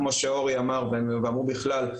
כמו שאורי אמר ואמרו בכלל,